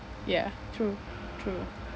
ya true true